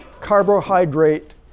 carbohydrate